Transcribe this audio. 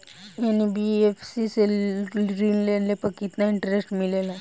NBFC से ऋण लेने पर केतना इंटरेस्ट मिलेला?